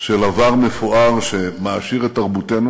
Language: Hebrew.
של עבר מפואר שמעשיר את תרבותנו